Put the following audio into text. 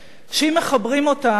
שאם מחברים אותן,